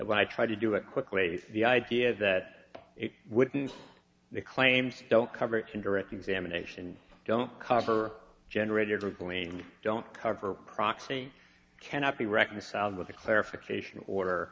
when i tried to do it quickly the idea that it wouldn't the claims don't cover it in direct examination don't cover generator going don't cover proxying cannot be reconciled with the clarification or